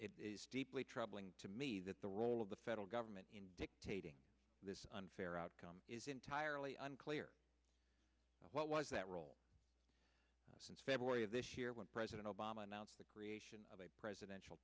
it is deeply troubling to me that the role of the federal government in dictating this unfair outcome is entirely unclear what was that role since february of this year when president obama announced the creation of a presidential